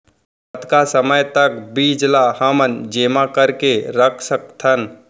कतका समय तक बीज ला हमन जेमा करके रख सकथन?